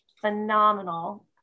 phenomenal